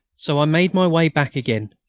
so i made my way back again,